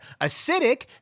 Acidic